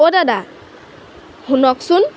অ' দাদা শুনকচোন